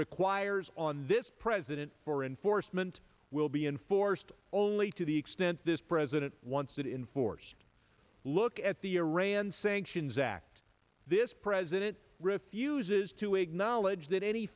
requires on this president for enforcement will be enforced only to the extent this president wants that in force look at the iran sanctions act this president refuses to acknowledge that any